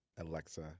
Alexa